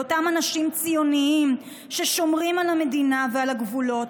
לאותם אנשים ציונים ששומרים על המדינה ועל הגבולות,